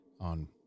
on